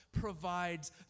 provides